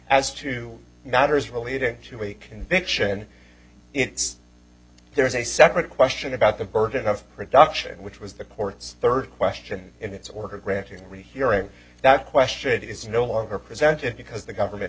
as to matters relating to a conviction it's there is a separate question about the burden of production which was the court's third question in its order granting rehearing that question it is no longer presented because the government